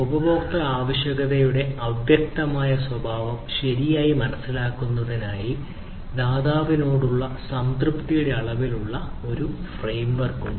ഉപയോക്തൃ ആവശ്യകതകളുടെ അവ്യക്തമായ സ്വഭാവം ശരിയായി മനസിലാക്കുന്നതിനായി ദാതാവിനോടുള്ള സംതൃപ്തിയുടെ അളവിലുള്ള ഒരു ഫ്രെയിംവർക് ഉണ്ട്